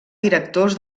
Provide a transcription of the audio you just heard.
directors